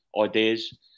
ideas